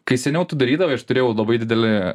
kai seniau tu darydavai aš turėjau labai didelį